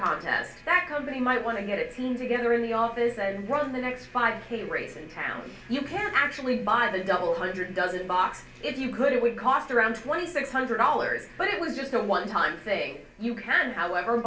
contest that company might want to get it seems again there in the office and run the next five k race in town you can actually buy the double hundred dozen boxes if you could it would cost around twenty six hundred dollars but it was just a one time thing you can however